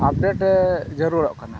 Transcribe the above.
update ᱡᱟᱹᱨᱩᱲᱚᱜ ᱠᱟᱱᱟ